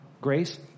grace